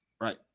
Right